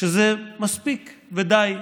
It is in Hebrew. שזה מספיק ודי.